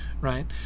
right